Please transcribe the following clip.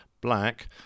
Black